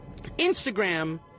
Instagram